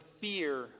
fear